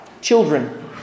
Children